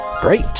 Great